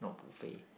not buffet